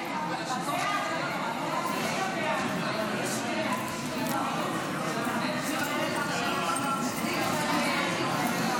הצעת סיעת המחנה הממלכתי להביע אי-אמון בממשלה לא